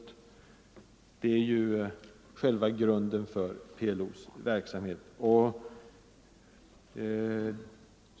Det är ju själva grunden för PLO:s verksamhet.